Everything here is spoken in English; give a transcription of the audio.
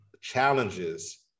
challenges